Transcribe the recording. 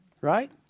Right